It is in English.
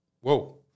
Whoa